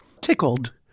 tickled